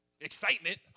excitement